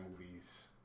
movies